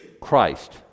Christ